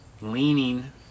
Leaning